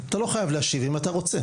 אתה לא חייב להשיב, אם אתה רוצה.